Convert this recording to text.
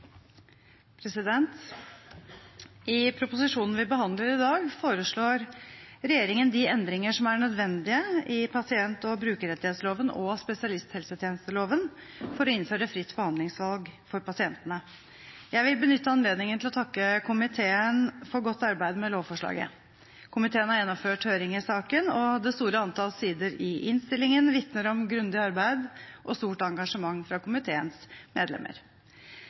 nødvendige i pasient- og brukerrettighetsloven og spesialisthelsetjenesteloven for å innføre fritt behandlingsvalg for pasientene. Jeg vil benytte anledningen til å takke komiteen for godt arbeid med lovforslaget. Komiteen har gjennomført høring i saken, og det store antallet sider i innstillingen vitner om grundig arbeid og stort engasjement fra komiteens medlemmer.